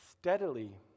steadily